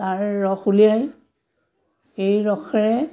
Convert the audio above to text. তাৰ ৰস উলিয়াই এই ৰসেৰে